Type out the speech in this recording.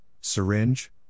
syringe